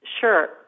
sure